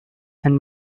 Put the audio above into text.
and